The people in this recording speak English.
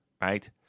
right